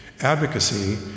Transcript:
Advocacy